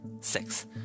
six